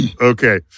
Okay